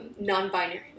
non-binary